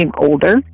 older